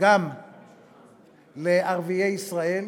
גם לערביי ישראל,